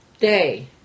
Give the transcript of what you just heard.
day